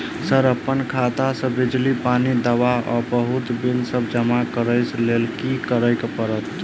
Sir अप्पन खाता सऽ बिजली, पानि, दवा आ बहुते बिल सब जमा करऽ लैल की करऽ परतै?